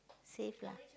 safe lah